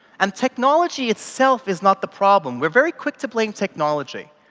and technology itself is not the problem. we're very quick to blame technology.